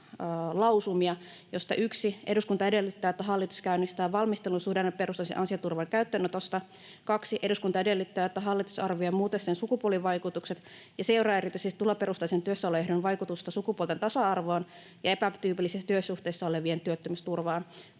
1. ”Eduskunta edellyttää, että hallitus käynnistää valmistelun suhdanneperustaisen ansioturvan käyttöönotosta.” 2. ”Eduskunta edellyttää, että hallitus arvioi muutosten sukupuolivaikutukset ja seuraa erityisesti tuloperusteisen työssäoloehdon vaikutusta sukupuolten tasa-arvoon ja epätyypillisissä työsuhteissa olevien työttömyysturvaan.”